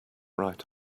right